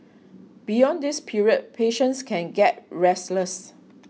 beyond this period patients can get restless